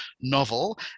novel